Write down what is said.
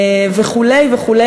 וכו' וכו',